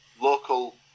local